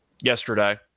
yesterday